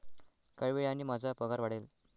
काही वेळाने माझा पगार वाढेल